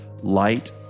light